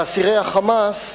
ואסירי ה"חמאס"